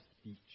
speech